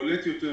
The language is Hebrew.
בולט יותר